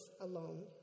alone